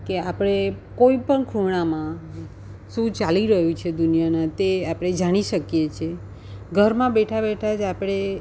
કે આપણે કોઈ પણ ખૂણામાં શું ચાલી રહ્યું છે દુનિયા તે આપણે જાણી શકીએ છે ઘરમાં બેઠા બેઠા જ આપણે